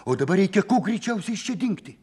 o dabar reikia kuo greičiausiai iš čia dingti